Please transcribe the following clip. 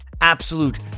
absolute